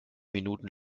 minuten